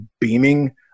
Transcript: beaming